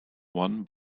one